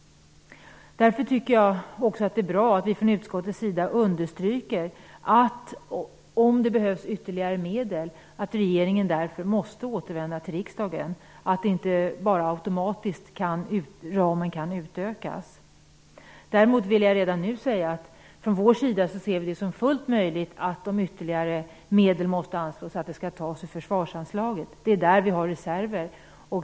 Därför tycker jag att det är bra att vi i utskottet understryker att regeringen måste återvända till riksdagen om det behövs nya medel och att ramen inte automatiskt kan utökas. Däremot vill jag redan nu säga att vi från vår sida ser det som fullt möjligt att ytterligare medel som måste anslås skall tas från försvarsanslaget. Det är där vi har reserver.